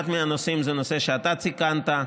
אחד מהנושאים זה הנושא שאתה ציינת.